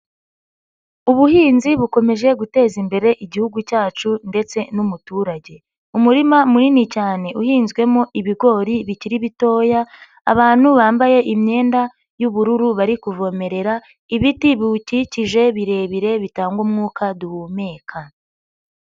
Ubuhinzi bukomeje guteza imbere igihugu cyacu ndetse n'umuturage, umurima munini cyane uhinzwemo ibigori bikiri bitoya, abantu bambaye imyenda y'ubururu bari kuvomerera ibiti biwukikije birebire bitanga umwuka duhumeka.